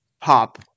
pop